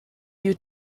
you